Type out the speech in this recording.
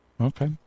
Okay